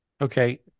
Okay